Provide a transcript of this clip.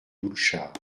doulchard